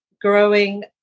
growing